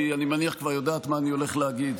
כי אני מניח שהיא כבר יודעת מה אני הולך להגיד.